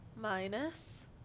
minus